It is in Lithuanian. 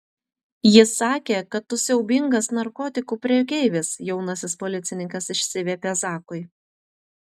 ji sakė kad tu siaubingas narkotikų prekeivis jaunasis policininkas išsiviepė zakui